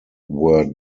were